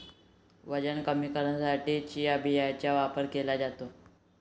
वजन कमी करण्यासाठी चिया बियांचा वापर केला जातो